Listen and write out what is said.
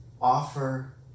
Offer